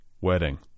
wedding